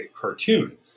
cartoon